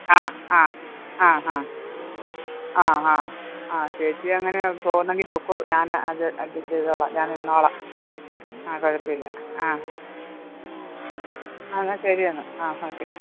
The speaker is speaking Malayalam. ആ ആ ആ ഹാ ആ ഹാ ആ ചേച്ചി അങ്ങനെ പോകുന്നെങ്കിൽ പൊക്കോ ഞാന് അത് അഡ്ജസ്റ്റ് ചെയ്തോളം ഞാൻ നിന്നോളാം ആ കുഴപ്പമില്ല ആ എന്നാൽ ശരി എന്നാൽ ആ ഓക്കെ